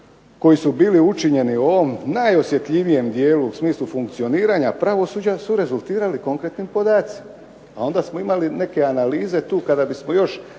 koji su bili učinjeni u ovom najosjetljivijem dijelu u smislu funkcioniranja pravosuđa su rezultirali konkretnim podacima,a onda smo imali neke analize tu kada bismo još